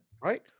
Right